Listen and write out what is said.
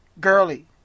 girly